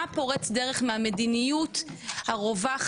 מה פורץ דרך מהמדיניות הרווחת?